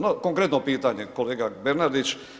No, konkretno pitanje kolega Bernardić.